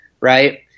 right